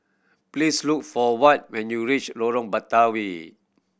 please look for Watt when you reach Lorong Batawi